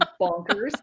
bonkers